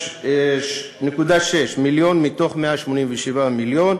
115.6 מיליון מתוך 187 מיליון.